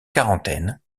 quarantaine